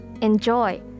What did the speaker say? enjoy